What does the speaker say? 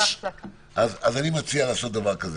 אז אני מציע לעשות דבר כזה: